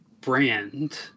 Brand